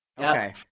Okay